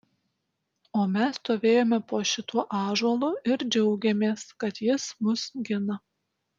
o mes stovėjome po šituo ąžuolu ir džiaugėmės kad jis mus gina